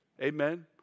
amen